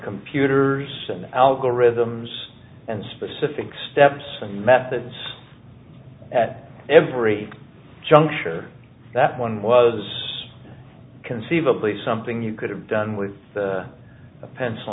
computers and algorithms and specific steps and methods at every juncture that one was conceivably something you could have done with a pencil